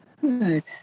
Good